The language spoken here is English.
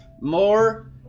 More